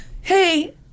hey